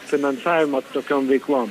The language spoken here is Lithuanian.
finansavimą tokiom veiklom